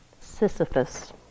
Sisyphus